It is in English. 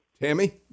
Tammy